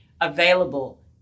available